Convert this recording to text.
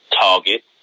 target